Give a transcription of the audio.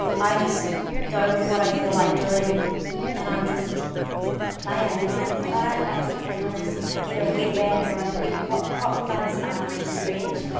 i just go with what i feel like doing and i'm just playing. and if i don't like something i just get a wet rag or a wet, cotton cotton buds are my best friend.